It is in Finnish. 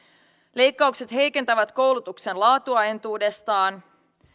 leikkaukset heikentävät koulutuksen laatua entuudestaan